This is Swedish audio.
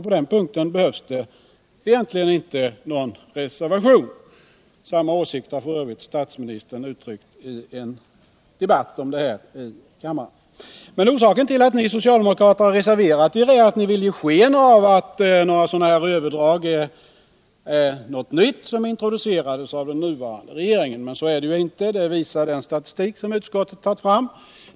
På den punkten behövs det alltså inte någon reservation. Samma åsikt har f. ö. statsministern uttryckt i en debatt om detta i kammaren. Men orsaken till att ni socialdemokrater har reserverat er är att ni vill ge sken av att sådana här överdrag är något nytt, som introducerats av den nuvarande regeringen. Men så är det inte. Det visar den statistik som utskottet tagit fram.